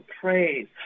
praise